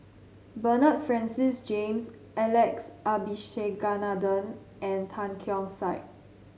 Bernard Francis James Alex Abisheganaden and Tan Keong Saik